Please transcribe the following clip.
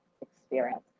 experience